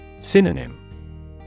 Synonym